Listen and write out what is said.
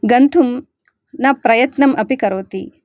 गन्तुं न प्रयत्नम् अपि करोति